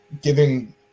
giving